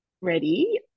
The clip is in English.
ready